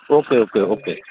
okay okay okay